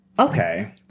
Okay